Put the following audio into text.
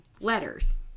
letters